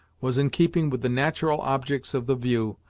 was in keeping with the natural objects of the view,